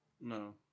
No